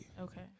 Okay